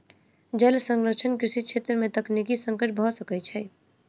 जल संरक्षण कृषि छेत्र में तकनीकी संकट भ सकै छै